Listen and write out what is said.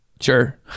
Sure